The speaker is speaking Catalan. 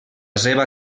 seva